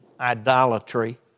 Idolatry